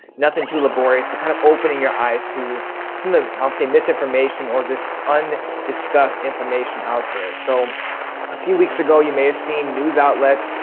nothing too laborious, but kind of opening your eyes to some of the obviously misinformation or just and discussed information out there. so a few weeks ago, you may have seen news outlets,